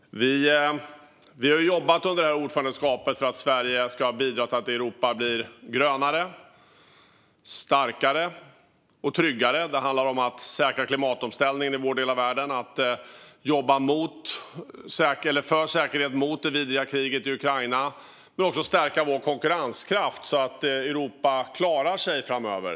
Vi har under detta ordförandeskap jobbat för att Sverige ska bidra till att Europa blir grönare, starkare och tryggare. Det handlar om att säkra klimatomställningen i vår del av världen. Det handlar om att jobba för säkerhet och mot det vidriga kriget i Ukraina. Det handlar också om att stärka Europas konkurrenskraft, så att Europa klarar sig framöver.